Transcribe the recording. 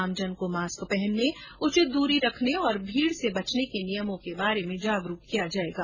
आमजन को मास्क पहनने उचित दूरी रखने और भीड़ से बचने के नियमों के बारे में जागरूक करेंगे